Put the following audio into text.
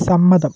സമ്മതം